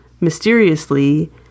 mysteriously